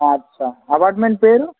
అచ్చా అపార్ట్మెంట్ పేరు